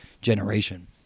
generation